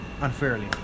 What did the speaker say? unfairly